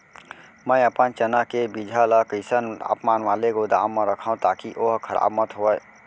मैं अपन चना के बीजहा ल कइसन तापमान वाले गोदाम म रखव ताकि ओहा खराब मत होवय?